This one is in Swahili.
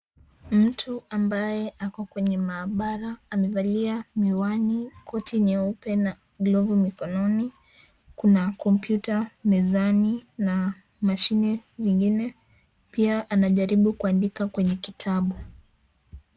Mtu ambaye ako kwenye mahabara. Amevalia miwani, koti nyeupe na glovu mikononi. Kuna kompyuta mezani na mashine zingine pia anajaribu kuandika kwenye kitabu.